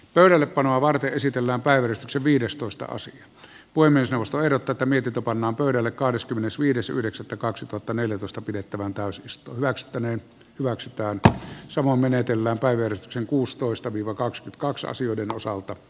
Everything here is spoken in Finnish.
pöydällepanoa varten esitellään päivystyksen viidestoistaosan voi myös ostaa erot tätä mietitä pannaan pöydälle kahdeskymmenesviides yhdeksättä kaksituhattaneljätoista pidettävään taas istuu väestölle maksetaan tätä samaa menetelmää päivystyksen kuustoista viva kaks kaksasioiden osalta